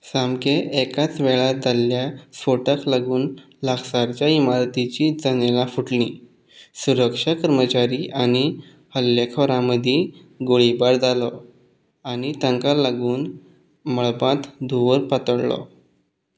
सामके एकाच वेळार जाल्ल्या स्वोटाक लागून लागसारच्या इमारतीचीं जनेलां फुटलीं सुरक्षा कर्मचारी आनी हल्लेखोरा मदीं गोळीबार जालो आनी तांकां लागून मळबात धुंवर पातळ्ळो